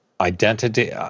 identity